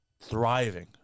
thriving